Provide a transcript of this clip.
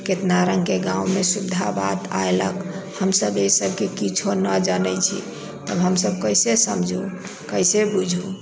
केतना रंग के गाँव मे सुविधा बात आयलक हमसब एहि सबके किछो न जनै छी तब हमसब कैसे समझू कैसे बुझू